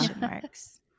marks